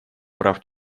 прав